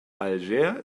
algier